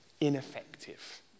ineffective